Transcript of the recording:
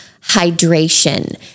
hydration